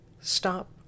stop